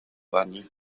pani